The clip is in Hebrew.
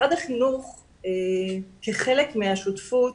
משרד החינוך כחלק מהשותפות